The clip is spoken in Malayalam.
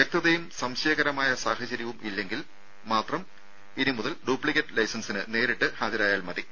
വ്യക്തതയും സംശയകരമായ സാഹചര്യവും ഇല്ലെങ്കിൽ ഇനി മുതൽ ഡ്യൂപ്ലിക്കേറ്റ് ലൈസൻസിന് നേരിട്ട് ഹാജരാകേണ്ടതില്ല